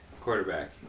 quarterback